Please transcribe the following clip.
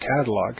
catalog